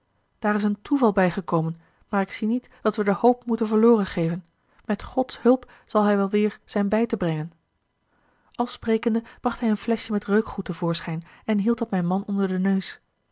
daar is een toeval bijgekomen maar ik zie niet dat we de hoop moeten verloren geven met gods hulp zal hij wel weêr zijn bij te brengen al sprekende bracht hij een fleschje met reukgoed te voorschijn en hield dat mijn man onder den neus